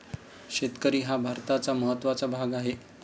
शेतकरी हा भारताचा महत्त्वाचा भाग आहे